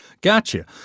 Gotcha